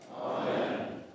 Amen